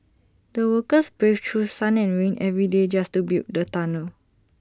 the workers braved through sun and rain every day just to build the tunnel